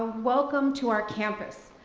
welcome to our campus.